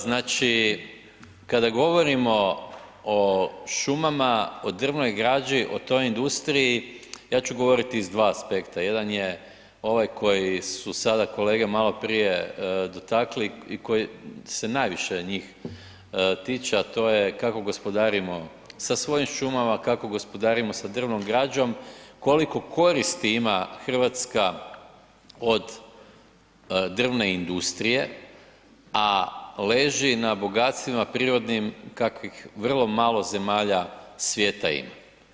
Znači kada govorimo o šumama, o drvnoj građi, o toj industriji, ja ću govoriti iz dva aspekta, jedan je ovaj koji su sada kolege maloprije dotakli i koji se najviše njih tiče a to je kako gospodarimo sa svojim šumama, kako gospodarimo sa drvnom građom, koliko koristi ima Hrvatska od drvne industrije a leži na bogatstvima prirodnim kakvih vrlo malo zemalja svijeta ima.